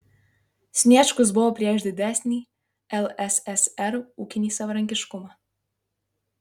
sniečkus buvo prieš didesnį lssr ūkinį savarankiškumą